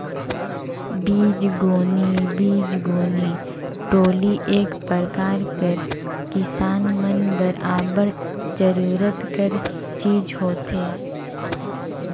बीजगोनी बीजगोनी टोपली एक परकार कर किसान मन बर अब्बड़ जरूरत कर चीज होथे